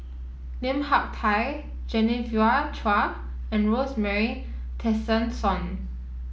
Lim Hak Tai Genevieve Chua and Rosemary Tessensohn